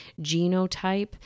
genotype